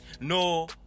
No